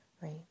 right